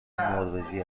نروژی